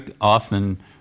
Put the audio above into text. often